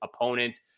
opponents